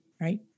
right